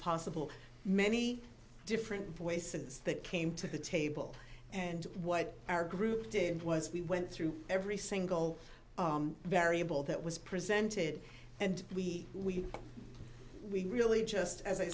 possible many different voices that came to the table and what our group did was we went through every single variable that was presented and we we we really just as i